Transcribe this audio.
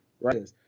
Right